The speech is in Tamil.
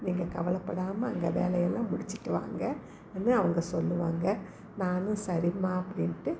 நீங்கள் கவலைப்படாம அங்கே வேலையெல்லாம் முடிச்சுட்டு வாங்க அப்படினு அவங்க சொல்லுவாங்க நானும் சரிம்மா அப்படின்ட்டு